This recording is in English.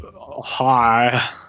hi